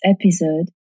episode